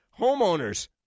homeowners